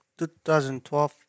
2012